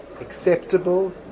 acceptable